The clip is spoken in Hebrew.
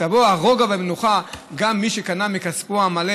יבואו הרוגע והמנוחה למי שקנה מכספו המלא